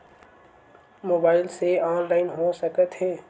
Mobile से online हो सकत हे?